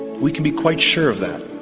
we can be quite sure of that.